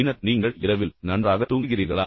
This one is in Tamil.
பின்னர் நீங்கள் இரவில் நன்றாக தூங்குகிறீர்களா